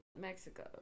Mexico